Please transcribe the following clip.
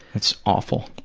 that's awful.